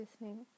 listening